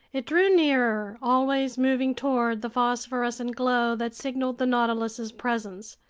it drew nearer, always moving toward the phosphorescent glow that signaled the nautilus's presence.